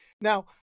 Now